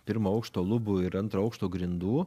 pirmo aukšto lubų ir antro aukšto grindų